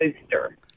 booster